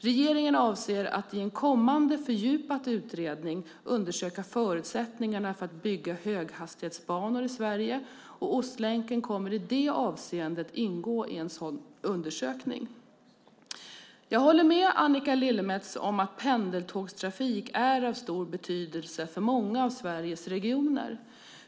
Regeringen avser att i en kommande fördjupad utredning undersöka förutsättningarna för att bygga höghastighetsbanor i Sverige. Ostlänken kommer i det avseendet att ingå i en sådan undersökning. Jag håller med Annika Lillemets om att pendeltågstrafik är av stor betydelse för många av Sveriges regioner.